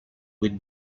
with